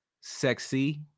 sexy